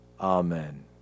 Amen